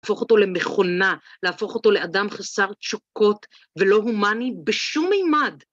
להפוך אותו למכונה, להפוך אותו לאדם חסר תשוקות ולא הומני בשום מימד.